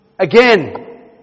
Again